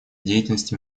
деятельности